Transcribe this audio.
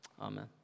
amen